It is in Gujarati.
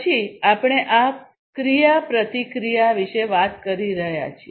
પછી આપણે આ ક્રિયા પ્રતિક્રિયા વિશે વાત કરી રહ્યા છીએ